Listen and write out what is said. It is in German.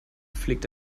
fliegt